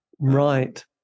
right